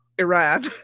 Iran